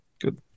good